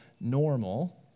normal